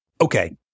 Okay